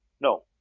No